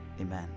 Amen